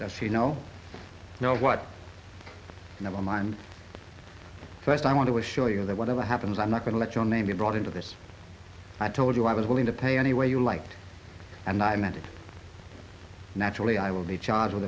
you know know what never mind first i want to assure you that whatever happens i'm not going to let your name be brought into this i told you i was willing to pay any way you liked and i meant it naturally i will be charged with